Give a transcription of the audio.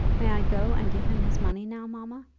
may i go and give him his money now, mamma?